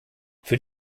für